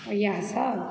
इएह सभ